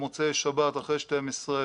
במוצאי שבת אחרי 12,